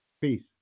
peace